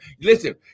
listen